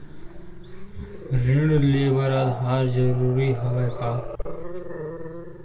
ऋण ले बर आधार जरूरी हवय का?